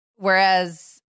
Whereas